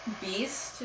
beast